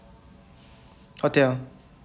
hotel